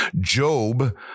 Job